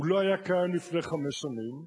הוא לא היה קיים לפני חמש שנים.